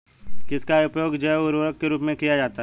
किसका उपयोग जैव उर्वरक के रूप में किया जाता है?